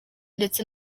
ndetse